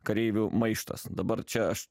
kareivių maištas dabar čia aš